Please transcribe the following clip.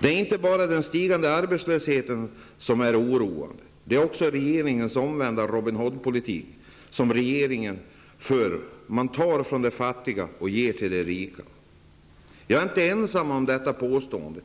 Det är inte bara den stigande arbetslösheten som är oroande utan också den omvända Robin Hoodpolitik som regeringen för. Man tar från de fattiga och ger till de rika. Jag är inte ensam om detta påstående.